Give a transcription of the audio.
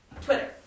Twitter